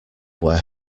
where